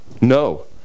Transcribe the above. no